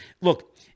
Look